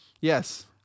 Yes